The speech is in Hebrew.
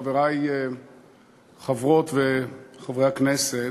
חברי חברות וחברי הכנסת,